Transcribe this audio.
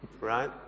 right